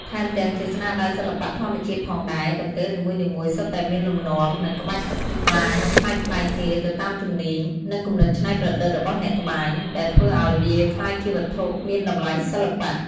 ថែមទាំង ជាស្នាដៃសិល្បៈធម្មជាតិផងដែរ កន្ទេលនីមួយៗសុទ្ធតែមានលំនាំ និងក្បាច់ត្បាញប្លែកៗគ្នាទៅតាមជំនាញ និងគំនិតច្នៃប្រឌិតរបស់អ្នកត្បាញ ដែលធ្វើឲ្យវាក្លាយជាវត្ថុមានតម្លៃសិល្បៈ។